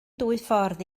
dwyffordd